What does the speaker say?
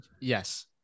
yes